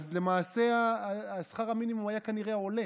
למעשה שכר המינימום היה כנראה עולה